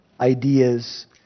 ideas